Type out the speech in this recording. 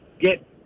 get